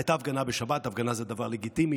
הייתה הפגנה בשבת, והפגנה זה דבר לגיטימי.